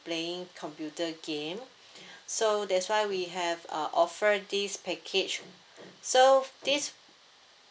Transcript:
playing computer game so that's why we have uh offer this package so this